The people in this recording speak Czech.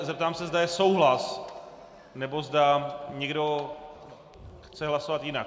Zeptám se, zda je souhlas, nebo zda někdo chce hlasovat jinak.